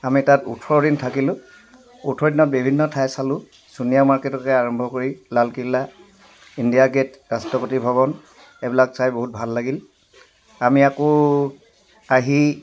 আমি তাত ওঁঠৰ দিন থাকিলো ওঁঠৰ দিনত বিভিন্ন ঠাই চালো চোনীয়া মাৰ্কেটকে আৰম্ভ কৰি লালকিল্লা ইণ্ডিয়া গে'ট ৰাষ্ট্ৰপতি ভৱন এইবিলাক চাই বহুত ভাল লাগিল আমি আকৌ আহি